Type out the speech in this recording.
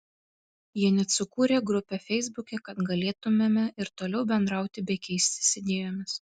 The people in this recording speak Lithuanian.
jie net sukūrė grupę feisbuke kad galėtumėme ir toliau bendrauti bei keistis idėjomis